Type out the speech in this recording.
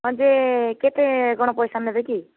ହଁ ଯେ କେତେ କ'ଣ ପଇସା ନେବେ କି